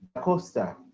costa